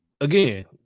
again